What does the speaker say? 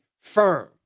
firm